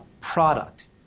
product